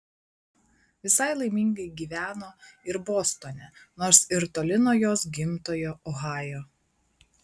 visai laimingai gyveno ir bostone nors ir toli nuo jos gimtojo ohajo